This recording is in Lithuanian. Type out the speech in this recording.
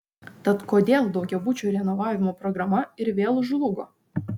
tad kodėl daugiabučių renovavimo programa ir vėl žlugo